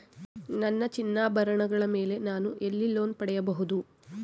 ನನ್ನ ಚಿನ್ನಾಭರಣಗಳ ಮೇಲೆ ನಾನು ಎಲ್ಲಿ ಲೋನ್ ಪಡೆಯಬಹುದು?